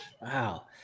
Wow